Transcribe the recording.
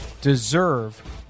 deserve